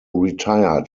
retired